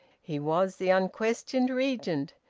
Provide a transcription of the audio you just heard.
he was the unquestioned regent,